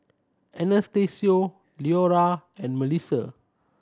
Anastacio Leora and Mellisa